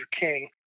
King